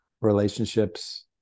relationships